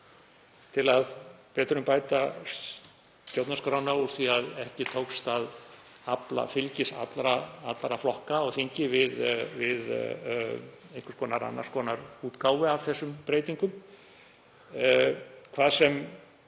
til að betrumbæta stjórnarskrána úr því að ekki tókst að afla fylgis allra flokka á þingi við einhverja annars konar útgáfu af þessum breytingum. Hvað sem